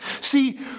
See